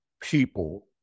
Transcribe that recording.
people